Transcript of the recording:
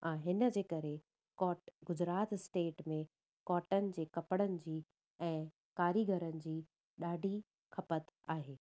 ऐं हिन जे करे कॉट गुजरात स्टेट में कॉटन जे कपिड़नि जी ऐं कारीगरनि जी ॾाढी खपति आहे